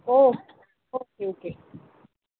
okay okay okay